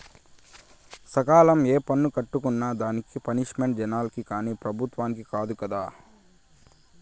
సకాలంల ఏ పన్ను కట్టుకున్నా దానికి పనిష్మెంటు జనాలకి కానీ పెబుత్వలకి కాదు కదా